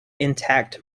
intact